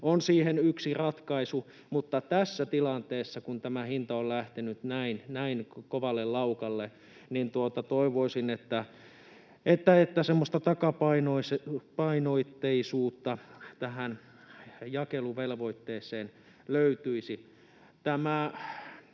on siihen yksi ratkaisu. Mutta tässä tilanteessa, kun tämä hinta on lähtenyt näin kovalle laukalle, niin toivoisin, että semmoista takapainoitteisuutta tähän jakeluvelvoitteeseen löytyisi.